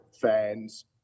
fans